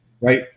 right